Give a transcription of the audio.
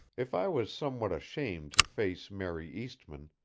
if i was somewhat ashamed to face mary eastmann,